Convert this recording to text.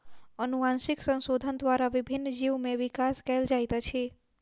अनुवांशिक संशोधन द्वारा विभिन्न जीव में विकास कयल जाइत अछि